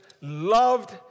loved